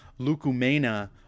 Lucumena